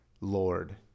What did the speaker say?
Lord